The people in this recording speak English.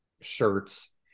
shirts